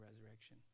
resurrection